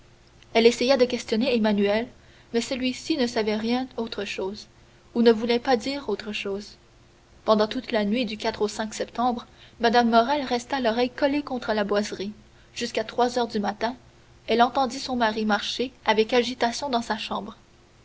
elle essaya de questionner emmanuel mais celui-ci ne savait rien autre chose ou ne voulait pas dire autre chose pendant toute la nuit du au septembre mme morrel resta l'oreille collée contre la boiserie jusqu'à trois heures du matin elle entendit son mari marcher avec agitation dans sa chambre